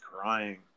crying